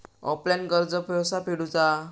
Offline कर्ज कसा फेडूचा?